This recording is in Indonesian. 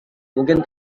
mungkin